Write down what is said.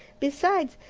besides,